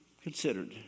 considered